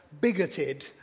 bigoted